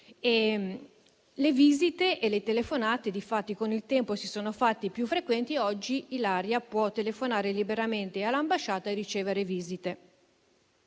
alle visite e alle telefonate che, infatti, con il tempo si sono fatte più frequenti. Oggi Ilaria può telefonare liberamente all'ambasciata e ricevere visite.